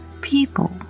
people